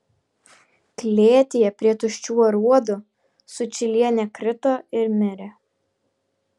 klėtyje prie tuščių aruodų sučylienė krito ir mirė